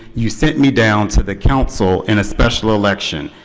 you sent me down to the council in a special election,